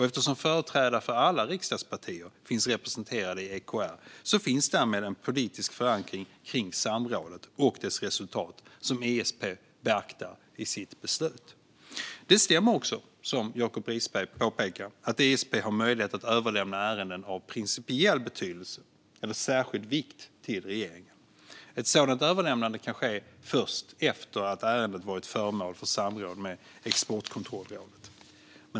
Eftersom företrädare för alla riksdagspartier finns företrädda i EKR finns en politisk förankring av samrådet och dess resultat, vilket ISP beaktar i sitt beslut. Som Jacob Risberg påpekar stämmer det att ISP har möjlighet att överlämna ärenden av principiell betydelse eller särskild vikt till regeringen. Ett sådant överlämnande kan ske först efter att ärendet varit föremål för samråd med Exportkontrollrådet.